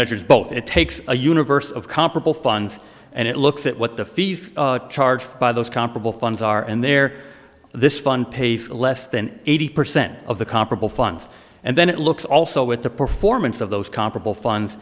measures both it takes a universe of comparable funds and it looks at what the fees charged by those comparable funds are and their this fund pays less than eighty percent of the comparable funds and then it looks also with the performance of those comparable funds